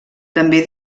també